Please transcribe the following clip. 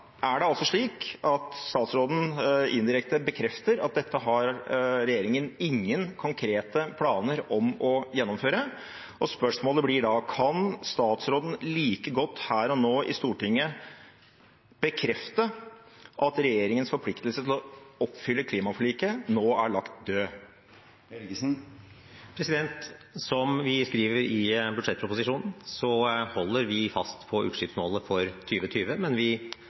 Statsråden bekrefter indirekte at dette har regjeringen ingen konkrete planer om å gjennomføre. Spørsmålet blir da: Kan statsråden like godt her og nå i Stortinget bekrefte at regjeringens forpliktelse til å oppfylle klimaforliket nå er lagt død? Som vi skriver i budsjettproposisjonen, holder vi fast på utslippsmålet for 2020, men vi